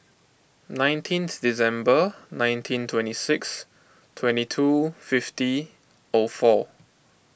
nineteenth December nineteen twenty six twenty two fifty O four